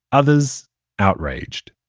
others outraged.